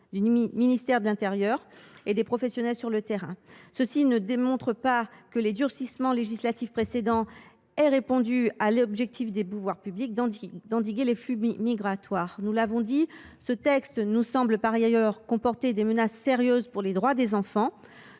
du ministère de l’intérieur et des professionnels sur le terrain. Ils ne démontrent pas que les durcissements législatifs précédents ont répondu à l’objectif des pouvoirs publics d’endiguer les flux migratoires. Nous l’avons dit, ce texte nous semble par ailleurs comporter des menaces sérieuses pour les droits des enfants.